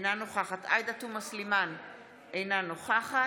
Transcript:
אינה נוכחת עאידה תומא סלימאן, אינה נוכחת